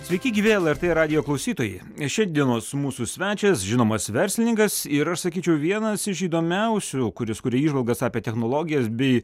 sveiki gyvi lrt radijo klausytojai ir šiandienos mūsų svečias žinomas verslininkas ir aš sakyčiau vienas iš įdomiausių kuris kuria įžvalgas apie technologijas bei